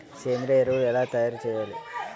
సేంద్రీయ ఎరువులు ఎలా తయారు చేయాలి?